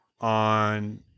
on